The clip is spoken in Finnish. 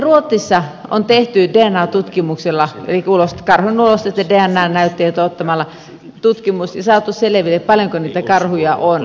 ruotsissa on tehty dna tutkimus elikkä karhujen ulosteita ja dna näytteitä ottamalla tutkimus ja saatu selville paljonko niitä karhuja on